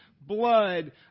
blood